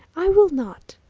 i will not!